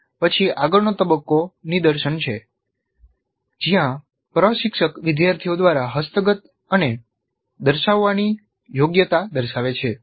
પછી આગળનો તબક્કો નિદર્શન છે જ્યાં પ્રશિક્ષક વિદ્યાર્થીઓ દ્વારા હસ્તગત અને દર્શાવવાની યોગ્યતા દર્શાવે છે